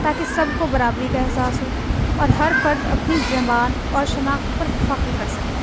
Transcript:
تاکہ سب کو برابری کا احساس ہو اور ہر فرد اپنی زبان اور شناخت پر فخر کر سکے